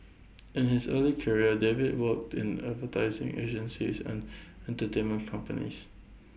in his early career David worked in advertising agencies and entertainment companies